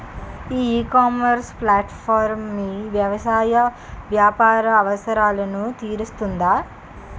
ఈ ecommerce platform మీ వ్యవసాయ వ్యాపార అవసరాలను తీరుస్తుందా?